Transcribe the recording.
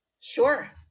sure